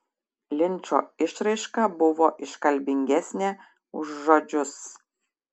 linčo išraiška buvo iškalbingesnė už žodžius